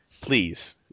please